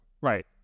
Right